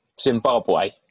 Zimbabwe